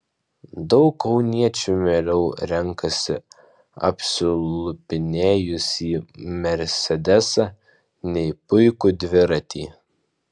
daug kauniečių mieliau renkasi apsilupinėjusį mersedesą nei puikų dviratį